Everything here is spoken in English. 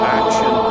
action